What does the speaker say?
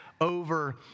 over